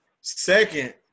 Second